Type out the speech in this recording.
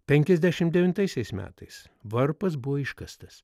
penkiasdešim devintaisiais metais varpas buvo iškastas